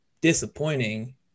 disappointing